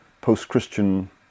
post-Christian